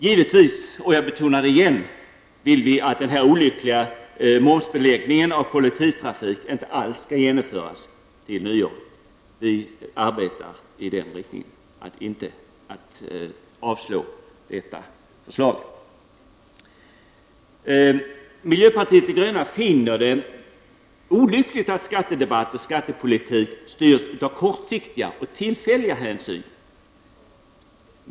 Givetvis, jag betonar det än en gång, vill vi inte att den olyckliga momsbeläggningen av kollektivtrafiken skall genomföras till nyår. Vi arbetar i riktningen att detta förslag skall avslås. Miljöpartiet de gröna finner det olyckligt att skattedebatt och skattepolitik styrs av så kortsiktiga och tillfälliga hänsyn.